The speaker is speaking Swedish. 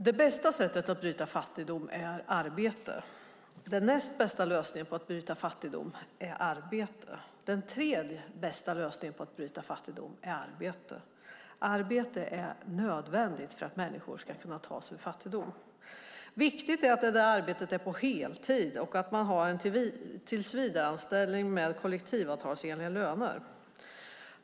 Det bästa sättet att bryta fattigdom är arbete. Det näst bästa sättet är arbete. Det tredje bästa sättet är arbete. Arbete är nödvändigt för att människor ska kunna ta sig ur fattigdom. Det är viktigt att arbetet är på heltid och att man har en tillsvidareanställning med kollektivavtalsenliga löner.